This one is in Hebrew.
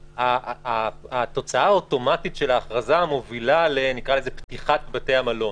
"התוצאה האוטומטית של ההכרזה המובילה לפתיחת בתי המלון",